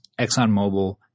ExxonMobil